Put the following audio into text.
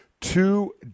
two